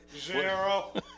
Zero